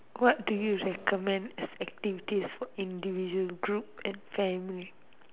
what do you recommend as activities for individual group and family